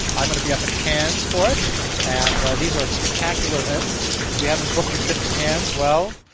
i'm going to be up in cairns for it, and these are spectacular events. if you haven't booked your trip to cairns, well,